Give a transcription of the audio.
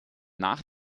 nach